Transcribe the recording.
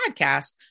podcast